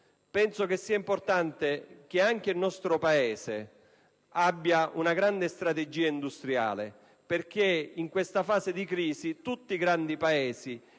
Penso sia importante che anche il nostro Paese abbia una grande strategia industriale. In questa fase di crisi tutti i grandi Paesi